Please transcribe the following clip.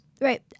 Right